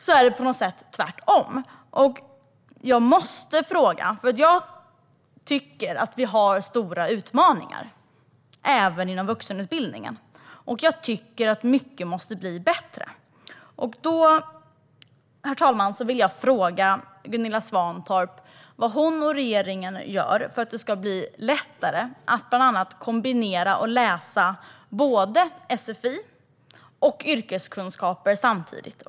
Jag måste därför ställa en fråga, för jag tycker att vi har stora utmaningar även inom vuxenutbildningen. Jag tycker att mycket måste bli bättre. Därför, herr talman, vill jag fråga Gunilla Svantorp vad hon och regeringen gör för att det ska bli lättare att bland annat kombinera sfi och yrkeskunskaper och att läsa detta samtidigt.